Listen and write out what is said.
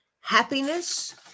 happiness